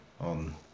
on